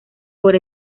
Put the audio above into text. por